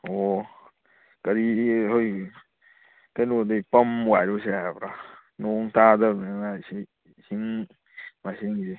ꯑꯣ ꯀꯔꯤ ꯍꯣꯏ ꯀꯩꯅꯣꯗꯤ ꯄꯝ ꯋꯥꯏꯔꯨꯁꯦ ꯍꯥꯏꯕ꯭ꯔꯥ ꯅꯣꯡ ꯇꯥꯗꯕꯅꯤꯅ ꯏꯁꯤꯡ ꯃꯥꯏꯁꯤꯡꯁꯦ